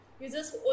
Users